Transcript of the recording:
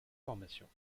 formations